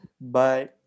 Bye